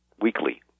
weekly